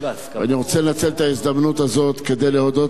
אני רוצה לנצל את ההזדמנות הזאת כדי להודות